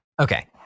Okay